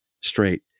straight